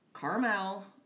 caramel